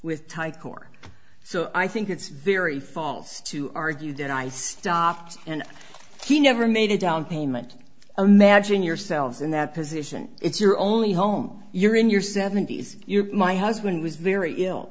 with ty cor so i think it's very false to argue that i stopped and he never made a downpayment imagine yourselves in that position it's your only home you're in your seventy's you're my husband was very ill